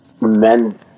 men